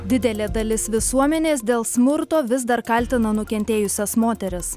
didelė dalis visuomenės dėl smurto vis dar kaltina nukentėjusias moteris